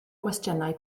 gwestiynau